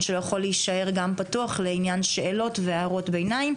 שלו יכול להישאר גם פתוח לעניין שאלות והערות ביניים,